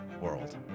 world